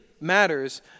matters